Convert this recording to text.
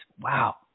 Wow